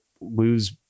lose